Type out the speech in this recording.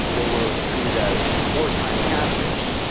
they were treated as wartime captives,